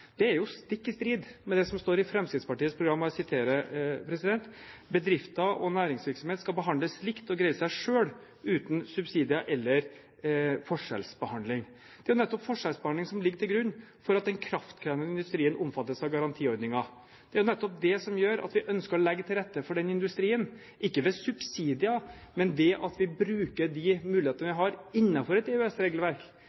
Det er stikk i strid med det som står i Fremskrittspartiets program: «Bedrifter og næringsvirksomhet skal behandles likt og greie seg selv uten subsidier eller forskjellsbehandling.» Det er jo nettopp forskjellsbehandling som ligger til grunn for at den kraftkrevende industrien omfattes av garantiordningen. Det er jo nettopp det som gjør at vi ønsker å legge til rette for den industrien, ikke med subsidier, men ved å bruke de mulighetene vi